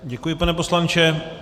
Děkuji, pane poslanče.